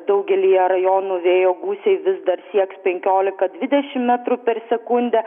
daugelyje rajonų vėjo gūsiai vis dar sieks penkiolika dvidešimt metrų per sekundę